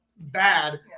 bad